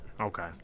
Okay